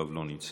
יואב לא נמצא,